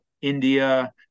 India